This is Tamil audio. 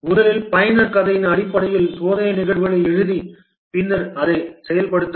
முதலில் பயனர் கதையின் அடிப்படையில் சோதனை நிகழ்வுகளை எழுதி பின்னர் அதை செயல்படுத்தவும்